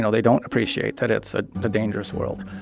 so they don't appreciate that it's a dangerous world.